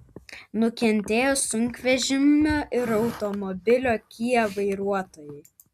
nukentėjo sunkvežimio ir automobilio kia vairuotojai